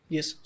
Yes